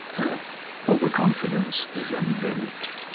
ah overconfidence is endemic.